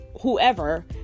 whoever